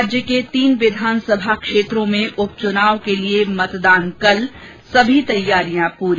राज्य के तीन विधानसभा क्षेत्रों में उपचुनाव के लिए मतदान कल सभी तैयारियां पूरी